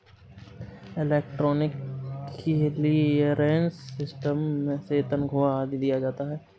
electronic clearance system से तनख्वा आदि दिया जाता है